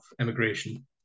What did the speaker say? immigration